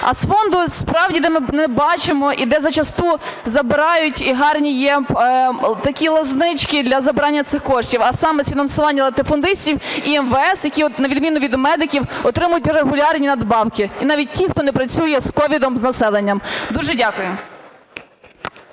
а з фонду, справді, де не бачимо і де за часту забирають, і гарні є такі лазнички для забирання цих коштів, а саме з фінансування латифундистів і МВС, які, на відміну від медиків, отримують регулярні надбавки, і навіть ті, хто не працює з COVID, з населенням. Дуже дякую.